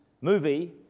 movie